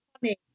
Funny